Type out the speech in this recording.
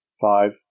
five